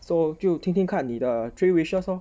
so 就听听看你的 three wishes lor